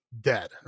dead